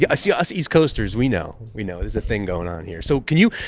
yeah i see us east coasters. we know we know it is a thing going on here. so can you.